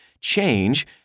change